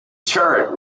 turret